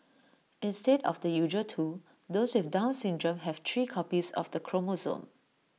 instead of the usual two those with down syndrome have three copies of the chromosome